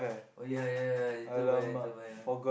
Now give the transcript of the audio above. oh ya ya ya later buy later buy ah